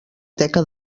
teca